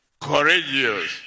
courageous